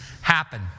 happen